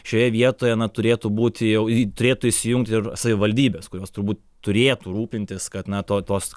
šioje vietoje na turėtų būti jau turėtų įsijungti ir savivaldybės kurios turbūt turėtų rūpintis kad na to tos